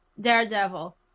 Daredevil